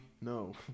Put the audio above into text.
No